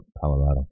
Colorado